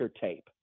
tape